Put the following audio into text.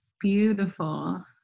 Beautiful